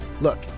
Look